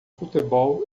futebol